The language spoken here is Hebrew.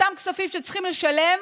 אותם כספים שצריכים לשלם